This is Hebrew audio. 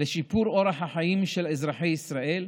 ולשיפור אורח החיים של אזרחי ישראל,